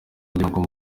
ngirango